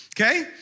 Okay